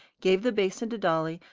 gave the basin to dolly,